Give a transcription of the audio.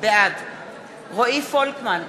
בעד רועי פולקמן,